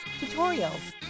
tutorials